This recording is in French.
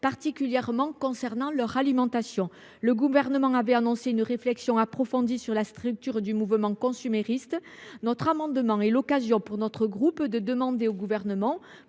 particulièrement concernant leur alimentation. Le Gouvernement avait annoncé une réflexion approfondie sur la structure du mouvement consumériste. La défense de cet amendement est l’occasion, pour notre groupe, de demander à celui